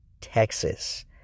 Texas